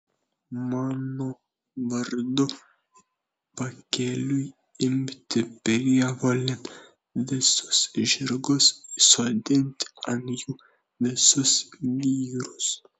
mano vardu pakeliui imti prievolėn visus žirgus sodinti ant jų visus vyrus